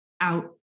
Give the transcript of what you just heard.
out